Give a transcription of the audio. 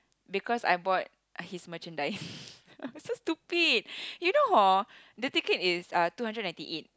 because I bought his merchandise so stupid you know hor the ticket is uh two hundred ninety eight